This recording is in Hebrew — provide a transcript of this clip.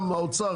האוצר,